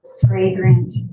fragrant